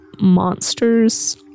monsters